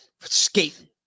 skating